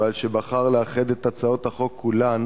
ועל שבחר לאחד את הצעות החוק כולן